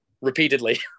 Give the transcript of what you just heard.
repeatedly